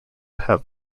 have